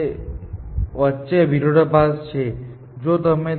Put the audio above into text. હવે અલબત્ત આ એક સરખું થઈ જાય છે જે આ જેવું જ બને છે